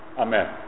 Amen